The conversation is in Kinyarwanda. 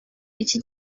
iki